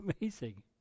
amazing